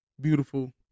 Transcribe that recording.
beautiful